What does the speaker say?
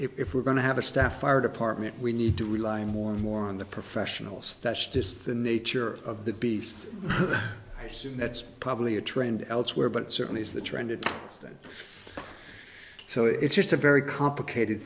so if we're going to have a staff fire department we need to rely more and more on the professionals that's just the nature of the beast i assume that's probably a trend elsewhere but it certainly is the trend in that so it's just a very complicated